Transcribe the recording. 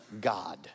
God